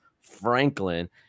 Franklin